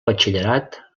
batxillerat